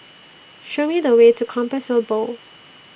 Show Me The Way to Compassvale Bow